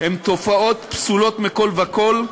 הן תופעות פסולות מכול וכול.